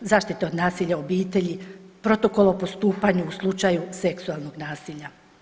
zaštiti nasilja u obitelji, Protokol o postupanju u slučaju seksualnog nasilja.